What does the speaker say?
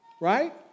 right